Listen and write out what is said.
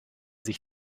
sich